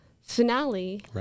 finale